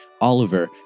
Oliver